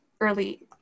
early